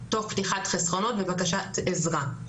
תוך פתיחת חסכונות ובקשת עזרה.